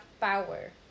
power